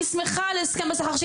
אני שמחה על הסכם השכר,